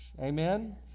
Amen